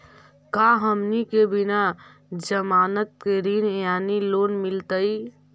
का हमनी के बिना जमानत के ऋण यानी लोन मिलतई?